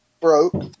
broke